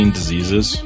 diseases